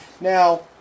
Now